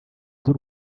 z’u